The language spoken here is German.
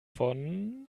von